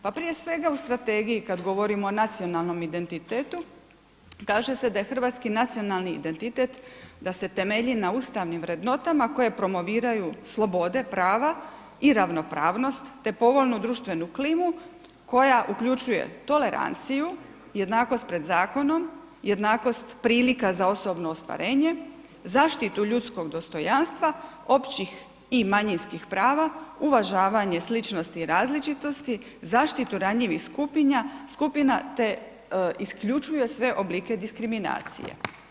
Pa prije svega u Strategiji kada govorimo o nacionalnom identitetu kaže se da je Hrvatski nacionalni identitet da se temelji na ustavnim vrednotama koje promoviraju slobode, prava i ravnopravnost te povoljnu društvenu klimu koja uključuje toleranciju, jednakost pred zakonom, jednakost prilika za osobno ostvarenje, zaštitu ljudskog dostojanstva, općih i manjinskih prava, uvažavanje sličnosti i različitosti, zaštitu ranjivih skupina te isključuje sve oblike diskriminacije.